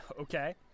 Okay